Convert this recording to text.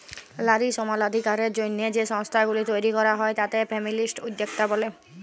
লারী সমালাধিকারের জ্যনহে যে সংস্থাগুলি তৈরি ক্যরা হ্যয় তাতে ফেমিলিস্ট উদ্যক্তা ব্যলে